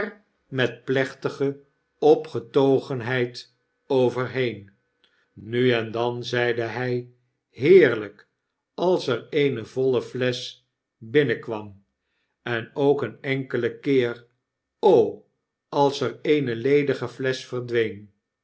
met plechtige opgetogenheid overheen nu en dan zeide hy heerlp als er eene voile flesch binnenkwam en ook een enkele keer als er eene ledige flesch verdween